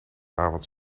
avond